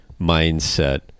mindset